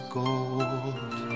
gold